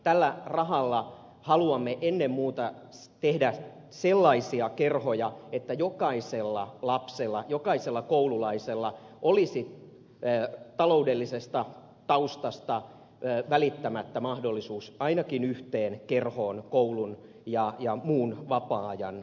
tällä rahalla haluamme ennen muuta tehdä sellaisia kerhoja että jokaisella lapsella jokaisella koululaisella olisi taloudellisesta taustasta välittämättä mahdollisuus ainakin yhteen kerhoon koulun ja muun vapaa ajan ulkopuolella